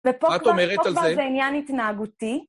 ופה כבר זה עניין התנהגותי.